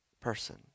person